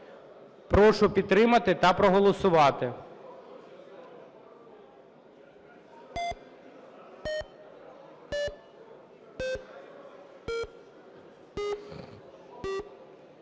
Прошу підтримати та проголосувати.